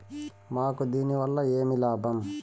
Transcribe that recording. మాకు దీనివల్ల ఏమి లాభం